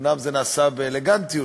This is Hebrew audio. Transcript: אומנם זה נעשה באלגנטיות,